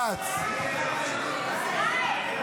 נגד ירון לוי,